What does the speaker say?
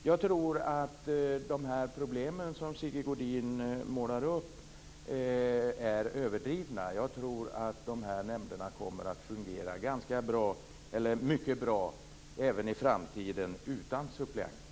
Jag tror att de problem som Sigge Godin målar upp är överdrivna. Jag tror nämligen att de här nämnderna kommer att fungera mycket bra även i framtiden, utan suppleanter.